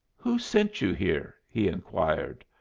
who sent you here? he inquired.